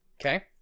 Okay